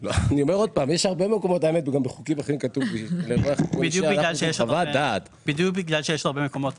יש הרבה מקומות האמת בחוקים אחרים -- בדיוק בגלל שיש הרבה מקומות,